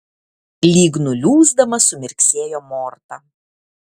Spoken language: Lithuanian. lyg nuliūsdama sumirksėjo morta